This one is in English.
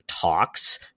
talks